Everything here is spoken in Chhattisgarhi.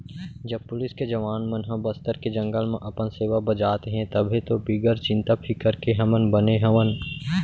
जब पुलिस के जवान मन ह बस्तर के जंगल म अपन सेवा बजात हें तभे तो बिगर चिंता फिकर के हमन बने हवन